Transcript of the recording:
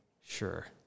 sure